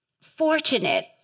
fortunate